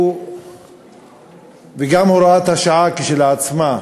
וגם הוראת השעה כשלעצמה,